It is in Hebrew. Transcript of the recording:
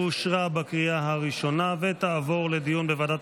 אושרה בקריאה הראשונה ותעבור לדיון בוועדת